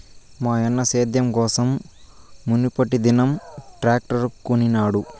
మాయన్న సేద్యం కోసం మునుపటిదినం ట్రాక్టర్ కొనినాడు